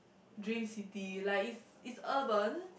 dream city like is is urban